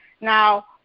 Now